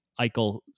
Eichel